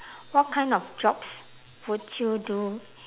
what kind of jobs would you do